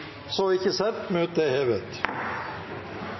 Møtet er hevet.